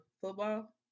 football